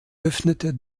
öffnete